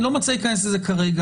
אני לא רוצה להיכנס לכזה כרגע,